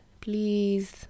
Please